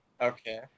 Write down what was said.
Okay